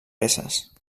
peces